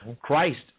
Christ